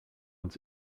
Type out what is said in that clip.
uns